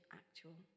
actual